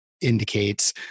indicates